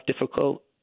difficult